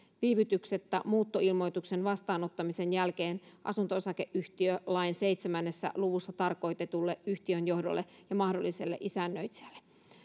viivytyksettä muuttoilmoituksen vastaanottamisen jälkeen asunto osakeyhtiölain seitsemässä luvussa tarkoitetulle yhtiön johdolle ja mahdolliselle isännöitsijälle